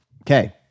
Okay